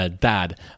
dad